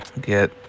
get